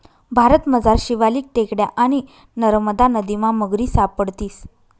भारतमझार शिवालिक टेकड्या आणि नरमदा नदीमा मगरी सापडतीस